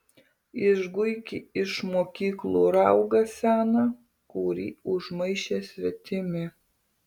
išguiki iš mokyklų raugą seną kurį užmaišė svetimi